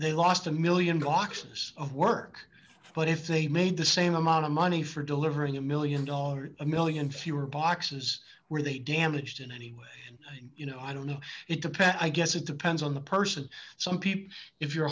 they lost a one million boxes of work but if they made the same amount of money for delivering a one million dollars a one million fewer boxes were they damaged in any way you know i don't know it depends i guess it depends on the person some people if you're a